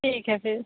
ठीक है फिर